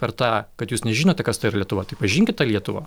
per tą kad jūs nežinote kas ta yra lietuva tai pažinkit tą lietuvą